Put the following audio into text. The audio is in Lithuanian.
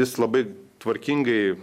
jis labai tvarkingai